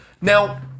Now